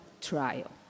trial